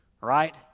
right